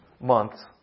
months